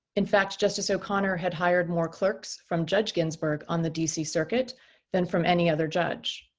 in fact, justice o'connor had hired more clerks from judge ginsburg on the dc circuit than from any other judge.